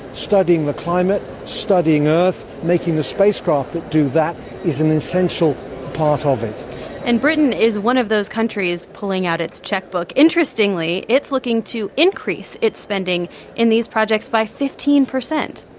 studying the climate, studying earth, making the spacecraft that do that is an essential part of it and britain is one of those countries pulling out its checkbook. interestingly, it's looking to increase its spending in these projects by fifteen point